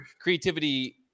creativity